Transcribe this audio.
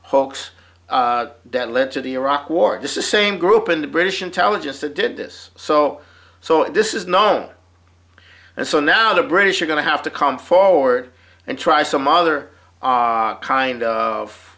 hoax that led to the iraq war the same group and the british intelligence that did this so so this is known and so now the british are going to have to come forward and try some other kind of